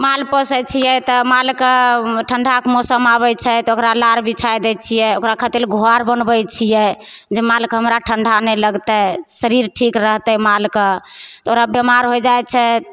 माल पोसय छियै तऽ मालके ठण्डाके मौसम आबय छै तऽ ओकरा नार बिछाइ दै छियै ओकरा खातिर घर बनबय छियै जे मालके हमरा ठण्डा नहि लगतै शरीर ठीक रहतइ मालके ओकरा बीमार होइ जाइ छै